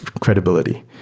credibility.